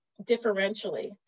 differentially